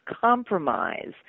compromise